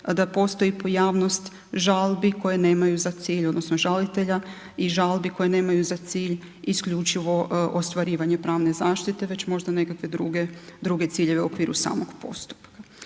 da postoji pojavnost žalbi koje nemaju za cilj, odnosno žalitelja i žalbi koje nemaju za cilj isključivo ostvarivanje pravne zaštite već možda nekakve druge, druge ciljeve u okviru samog postupka.